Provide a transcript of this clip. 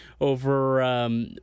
over